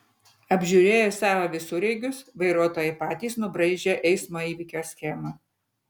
apžiūrėję savo visureigius vairuotojai patys nubraižė eismo įvykio schemą